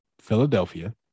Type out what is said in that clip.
Philadelphia